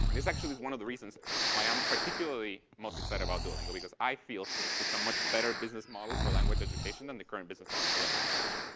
and this actually is one of the reasons why i'm particularly most excited about duolingo because i feel it's a much better business model for language education than the current business model for language education.